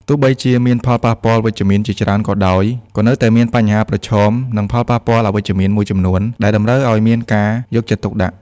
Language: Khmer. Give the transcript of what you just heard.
ទោះបីជាមានផលប៉ះពាល់វិជ្ជមានជាច្រើនក៏ដោយ ក៏នៅតែមានបញ្ហាប្រឈម និងផលប៉ះពាល់អវិជ្ជមានមួយចំនួនដែលតម្រូវឱ្យមានការយកចិត្តទុកដាក់។